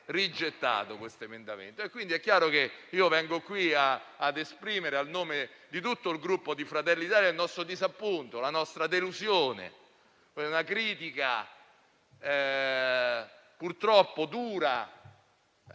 pertanto che sono qui ad esprimere, a nome di tutto il Gruppo Fratelli d'Italia, il nostro disappunto e la nostra delusione, una critica purtroppo dura,